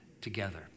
together